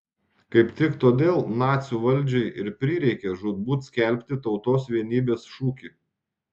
kaip tik todėl nacių valdžiai ir prireikė žūtbūt skelbti tautos vienybės šūkį